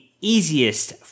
easiest